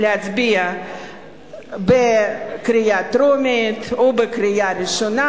להצביע בקריאה טרומית או בקריאה ראשונה,